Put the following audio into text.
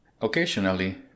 occasionally